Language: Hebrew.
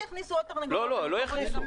לא, לא יכניסו.